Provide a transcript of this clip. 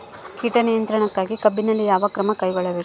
ಕೇಟ ನಿಯಂತ್ರಣಕ್ಕಾಗಿ ಕಬ್ಬಿನಲ್ಲಿ ಯಾವ ಕ್ರಮ ಕೈಗೊಳ್ಳಬೇಕು?